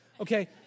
okay